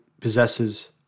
possesses